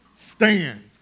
stand